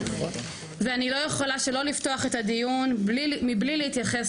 ואני לא יכולה שלא לפתוח את הדיון מבלי להתייחס